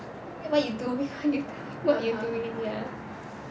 then what you doing what you doing what you doing ya